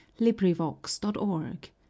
LibriVox.org